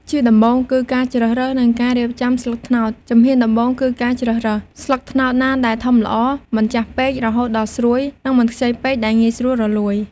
ជាដំបូងគឺ ការជ្រើសរើស និងការរៀបចំស្លឹកត្នោត ជំហានដំបូងគឺការជ្រើសរើស ស្លឹកត្នោតណាដែលធំល្អ មិនចាស់ពេករហូតដល់ស្រួយ និងមិនខ្ចីពេកដែលងាយរលួយ។